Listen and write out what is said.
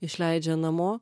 išleidžia namo